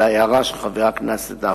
או להערה של חבר הכנסת נפאע,